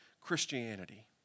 Christianity